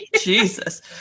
Jesus